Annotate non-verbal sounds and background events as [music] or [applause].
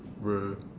[noise]